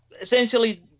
essentially